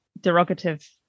derogative